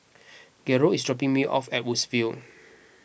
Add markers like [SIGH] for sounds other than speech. [NOISE] Garold is dropping me off at Woodsville